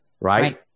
Right